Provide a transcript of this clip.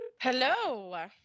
Hello